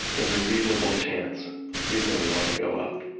there's a reasonable chance you're going to want to go up.